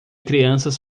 crianças